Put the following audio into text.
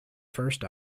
first